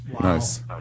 Nice